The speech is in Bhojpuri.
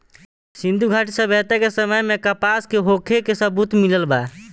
सिंधुघाटी सभ्यता के समय में कपास के होखे के सबूत मिलल बा